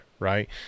right